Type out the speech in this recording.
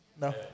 No